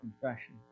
confession